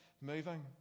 moving